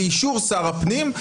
באישור שר הפנים,